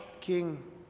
king